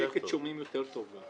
בשקט שומעים יותר טוב.